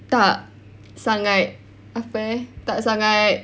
tak sangat apa eh tak sangat